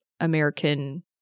American